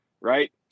right